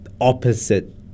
opposite